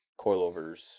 coilovers